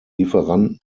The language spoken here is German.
lieferanten